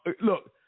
look